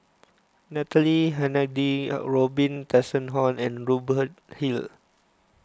Natalie Hennedige Robin Tessensohn and Robert Hill